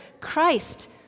Christ